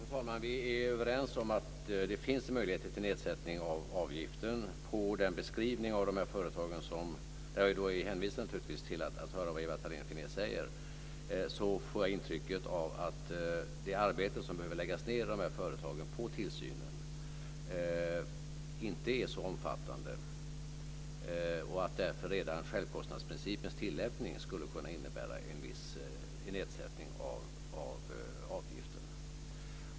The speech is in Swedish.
Fru talman! Vi är överens om att det finns möjligheter till nedsättning av avgiften. Av beskrivningen av de här företagen - jag är då naturligtvis hänvisad till vad Ewa Thalén Finné säger - får jag intrycket att det arbete som behöver läggas ned på tillsynen i företagen inte är så omfattande och att därför redan självkostnadsprincipens tillämpning skulle kunna innebära en nedsättning av avgiften.